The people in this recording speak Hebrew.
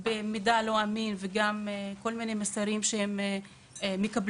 במידע לא אמין ובכל מיני מסרים שהם מקבלים